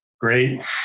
Great